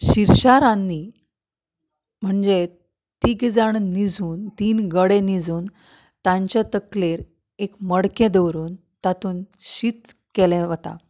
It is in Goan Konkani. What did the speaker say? शिरशारांदणी म्हणजें तीग जाण निजून तीन गडे निजून तांच्या तकलेर एक मडकी दवरून तातूंत शीत केल्लें वता